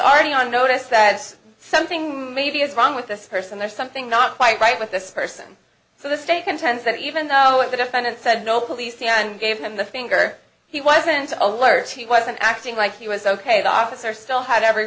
already on notice that something maybe is wrong with this person there's something not quite right with this person so the state contends that even though it the defendant said no police and gave him the finger he wasn't alert he wasn't acting like he was ok the officer still had every